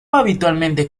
habitualmente